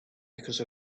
because